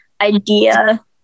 idea